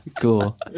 Cool